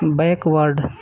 backward